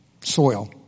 soil